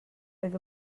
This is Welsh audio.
oedd